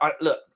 Look